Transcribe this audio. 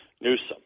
Newsom